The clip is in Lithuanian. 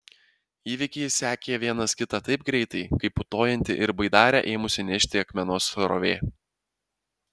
įvykiai sekė vienas kitą taip greitai kaip putojanti ir baidarę ėmusi nešti akmenos srovė